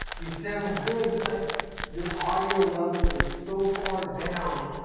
you sound good but your audio level is so far down,